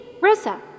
Rosa